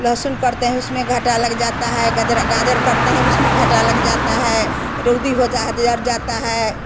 लहसुन करते हैं उसमें घाटा लग जाता है गज गाजर करते हैं उसे पर घाटा लग जाता है रोदी हो चाहे जिधर जाता है